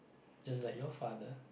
just like your father